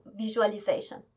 visualization